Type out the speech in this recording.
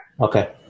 Okay